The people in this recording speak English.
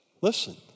Listen